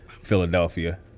Philadelphia